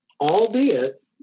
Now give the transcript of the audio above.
albeit